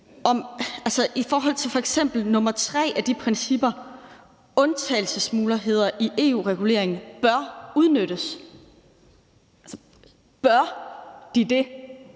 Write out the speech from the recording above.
i forhold til f.eks. nr. 3 af de principper, der siger, at undtagelsesmuligheder i EU-regulering bør udnyttes. Bør de det